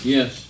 Yes